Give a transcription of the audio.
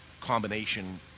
combination